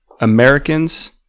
Americans